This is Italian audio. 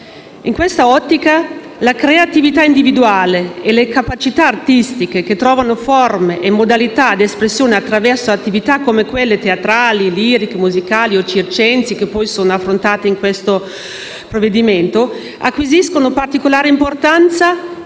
In questa ottica la creatività individuale e le capacità artistiche, che trovano forme e modalità d'espressione attraverso attività come quelle teatrali, liriche, musicali o circensi (che sono affrontate in questo provvedimento), acquisiscono particolare importanza,